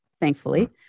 thankfully